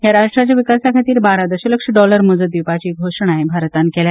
ह्या राष्ट्रांच्या विकासा खातीर बारा दशलक्ष डॉलर मजत दिवपाची घोशणाय भारतान केल्या